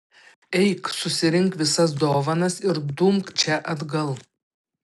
eik susirink visas dovanas ir dumk čia atgal